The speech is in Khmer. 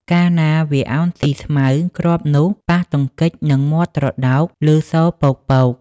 កាលណាវាឱនស៊ីស្មៅគ្រាប់នោះប៉ះទង្គិចនឹងមាត់ត្រដោកឮសូរប៉ូកៗ។